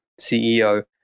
CEO